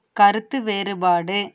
கருத்து வேறுபாடு